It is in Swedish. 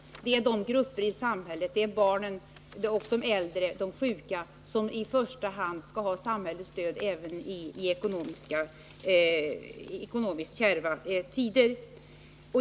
Här handlar det om de grupper i samhället — barnen, de äldre och de sjuka — som i första hand skall ha samhällets stöd även i ekonomiskt kärva tider.